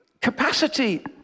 capacity